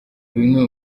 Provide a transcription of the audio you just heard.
bimwe